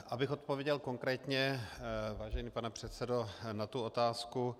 Abych odpověděl konkrétně, vážený pane předsedo, na tu otázku.